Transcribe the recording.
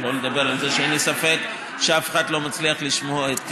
שלא לדבר על זה שאין לי ספק שאף אחד לא מצליח לשמוע אותי.